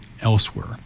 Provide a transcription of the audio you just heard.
elsewhere